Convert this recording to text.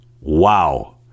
wow